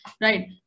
right